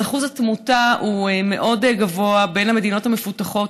אז שיעור התמותה מאוד גבוה בקרב המדינות המפותחות.